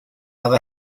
other